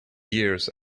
years